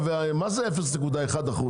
מה זה 0.1%?